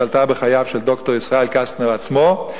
שעלתה בחייו של ד"ר ישראל קסטנר עצמו,